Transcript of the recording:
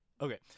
Okay